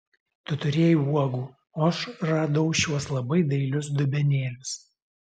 tu turėjai uogų o aš radau šiuos labai dailius dubenėlius